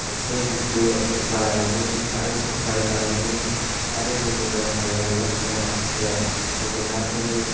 एसे दुखु जानायनि आरो संसार जानायनि आरो जोंनि बर' हारियाव नुजाखांनाय माखासे जेंनाफोरनि